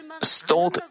stole